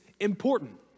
important